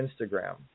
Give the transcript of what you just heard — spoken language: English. Instagram